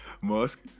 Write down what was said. Musk